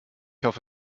hoffe